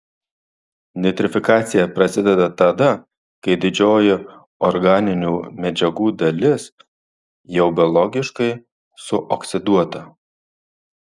nitrifikacija prasideda tada kai didžioji organinių medžiagų dalis jau biologiškai suoksiduota